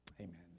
amen